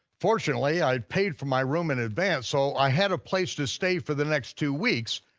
fortunately, i paid for my room in advance, so i had a place to stay for the next two weeks,